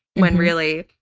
when really,